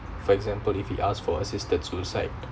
for example if he ask for assisted suicide